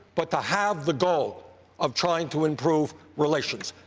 but to have the goal of trying to improve relations.